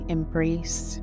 embrace